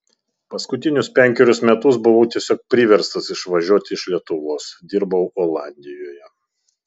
paskutinius penkerius metus buvau tiesiog priverstas išvažiuoti iš lietuvos dirbau olandijoje